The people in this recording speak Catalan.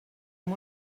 amb